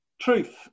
Truth